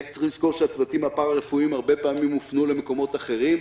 צריך לזכור שהצוותים הפרה-רפואיים הרבה פעמים הופנו למקומות אחרים.